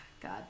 God